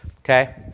Okay